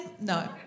No